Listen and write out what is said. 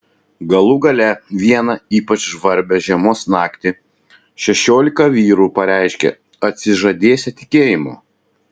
galų gale vieną ypač žvarbią žiemos naktį šešiolika vyrų pareiškė atsižadėsią tikėjimo